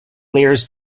layers